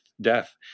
death